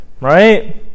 right